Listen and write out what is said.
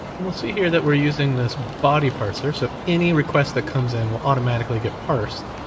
and we'll see here that we're using this body parts here, so any request that comes in will automatically get parsed,